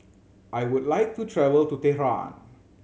I would like to travel to Tehran